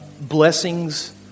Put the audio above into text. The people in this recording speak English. blessings